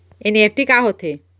NEFT का होथे?